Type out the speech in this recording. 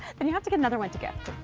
and you have to get another one to gift.